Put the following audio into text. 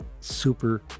super